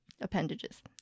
appendages